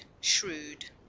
shrewd